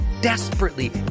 desperately